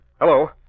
Hello